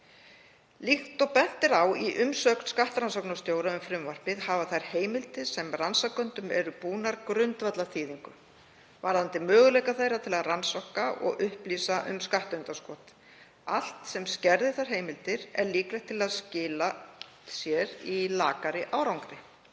Líkt og bent er á í umsögn skattrannsóknarstjóra um frumvarpið hafa þær heimildir sem rannsakendum eru búnar grundvallarþýðingu varðandi möguleika þeirra til að rannsaka og upplýsa um skattundanskot. Allt sem skerðir þær heimildir er líklegt til að skila sér í lakari árangri.